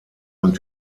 und